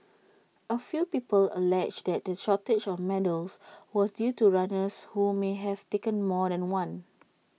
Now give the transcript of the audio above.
A few people alleged that the shortage of medals was due to runners who may have taken more than one